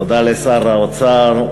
תודה לשר האוצר,